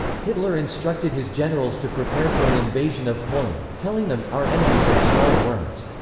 hitler instructed his generals to prepare for an invasion of poland, telling them, our enemies are small worms.